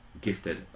gifted